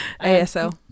asl